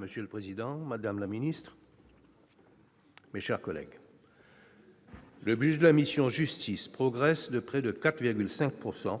Monsieur le président, madame la garde des sceaux, mes chers collègues, le budget de la mission « Justice » progresse de près de 4,5 %,